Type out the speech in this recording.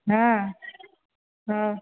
ହଁ ହଁ